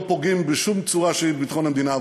פוגעים בשום צורה שהיא בביטחון המדינה.